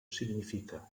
significa